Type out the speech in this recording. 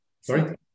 sorry